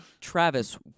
Travis